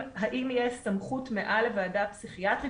האם יש סמכות מעל לוועדה הפסיכיאטרית?